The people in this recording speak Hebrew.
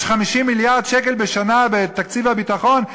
יש 50 מיליארד שקל בשנה בתקציב הביטחון,